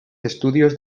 estudios